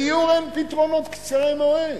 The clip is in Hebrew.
בדיור אין פתרונות קצרי מועד.